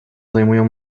zajmują